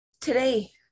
today